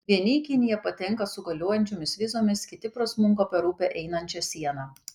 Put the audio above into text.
vieni į kiniją patenka su galiojančiomis vizomis kiti prasmunka per upę einančią sieną